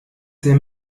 sehr